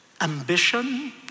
Ambition